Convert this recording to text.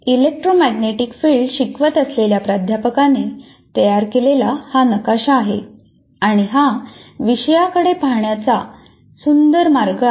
electromagnetic field शिकवत असलेल्या प्राध्यापकाने तयार केलेला हा नकाशा आहे आणि हा विषयाकडे पाहण्याचा सुंदर मार्ग आहे